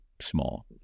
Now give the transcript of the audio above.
small